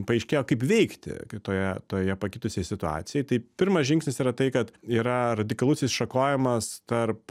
paaiškėjo kaip veikti kitoje toje pakitusioj situacijoj tai pirmas žingsnis yra tai kad yra radikalus išsišakojimas tarp